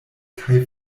kaj